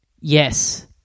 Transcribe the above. Yes